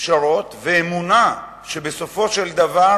פשרות ואמונה שבסופו של דבר